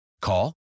Call